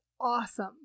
awesome